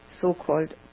so-called